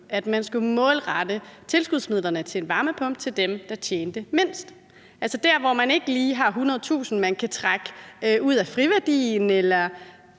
skulle målrette tilskudsmidlerne til en varmepumpe til dem, der tjente mindst, altså der, hvor man ikke lige har 100.000 kr., man kan trække ud af friværdien eller